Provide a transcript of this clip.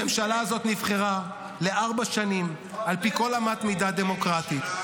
הממשלה הזאת נבחרה לארבע שנים על פי כל אמת מידה דמוקרטית,